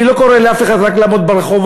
אני לא קורא לאף אחד רק לעמוד ברחובות,